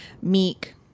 Meek